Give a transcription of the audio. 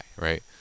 right